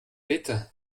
bitte